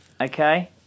Okay